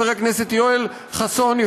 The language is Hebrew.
חבר הכנסת יואל חסון,